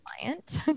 client